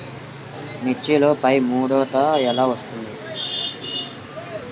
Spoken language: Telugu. మిర్చిలో పైముడత ఎలా వస్తుంది?